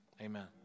Amen